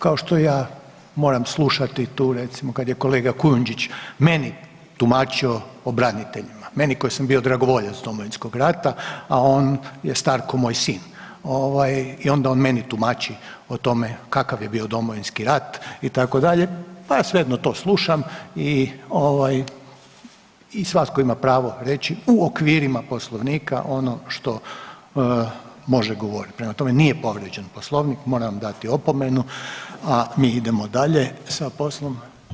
Kao što ja moram slušati tu, recimo kad je kolega Kujundžić meni tumačio o braniteljima, meni koji sam bio dragovoljac Domovinskog rata, a on je star kao moj sin, ovaj, i onda on meni tumači o tome kakav je bio Domovinski rat, itd. pa ja svejedno to slušam i ovaj, i svatko ima pravo reći u okvirima Poslovnika ono što može govoriti, prema tome, nije povrijeđen Poslovnik, moram vam dati opomenu, a mi idemo dalje sa poslom.